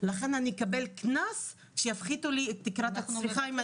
לכן אני אקבל קנס שיפחיתו לי את תקרת הצריכה.